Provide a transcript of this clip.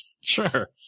Sure